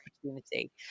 opportunity